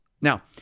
Now